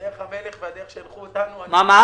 דרך המלך צריכה להיות הצעת חוק ממשלתית בעניין.